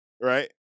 right